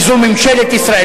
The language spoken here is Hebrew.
כי זו ממשלת ישראל,